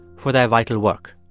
for their vital work